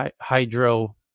hydro